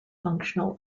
functional